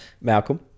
Malcolm